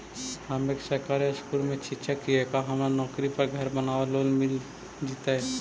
हम एक सरकारी स्कूल में शिक्षक हियै का हमरा नौकरी पर घर बनाबे लोन मिल जितै?